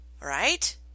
right